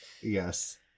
Yes